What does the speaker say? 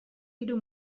hiru